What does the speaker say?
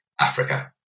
Africa